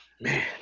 man